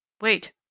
Wait